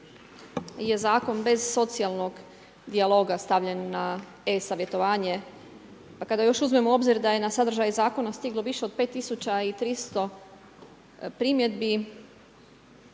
da je Zakon bez socijalnog dijaloga stavljen na e-savjetovanje, pa kada još uzmemo u obzir da je na sadržaj Zakona stiglo više od 5300 primjedbi,